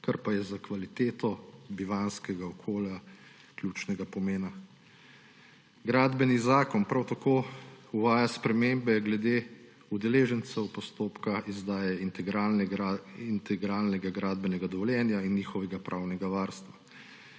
kar je za kvaliteto bivanjskega okolja ključnega pomena. Gradbeni zakon prav tako uvaja spremembe glede udeležencev postopka izdaje integralnega gradbenega dovoljenja in njihovega pravnega varstva.